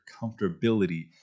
comfortability